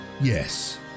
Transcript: yes